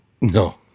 No